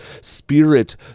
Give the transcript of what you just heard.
spirit